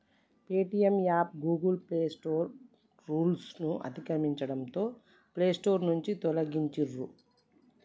Paytm app Google play store రూల్స్ను అతిక్రమించడంతో play store నుంచి తొలగించిర్రు